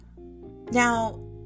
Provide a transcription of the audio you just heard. now